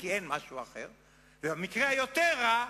כי אין משהו אחר, ובמקרה היותר רע,